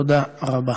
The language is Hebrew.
תודה רבה.